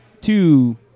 two